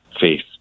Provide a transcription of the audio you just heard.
faith